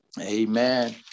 Amen